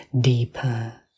Deeper